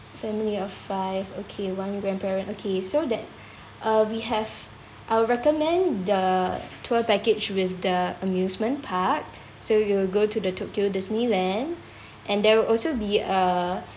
family of five okay one grandparent okay so that uh we have I'll recommend the tour package with the amusement park so you'll go to the tokyo disneyland and there will also be a